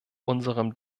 unserem